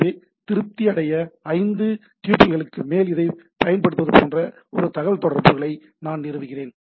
எனவே திருப்தியடைய ஐந்து டபுள்களுக்கு மேல் இதைப் பயன்படுத்துவது போன்ற ஒரு தகவல்தொடர்புகளை நான் நிறுவுகிறேன்